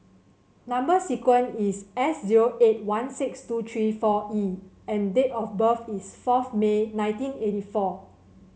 number sequence is S zero eight one six two three four E and date of birth is fourth May nineteen eighty four